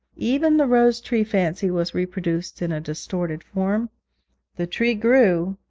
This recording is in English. even the rose-tree fancy was reproduced in a distorted form the tree grew,